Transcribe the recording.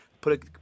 put